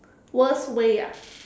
worst way ah